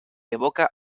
evoca